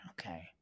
okay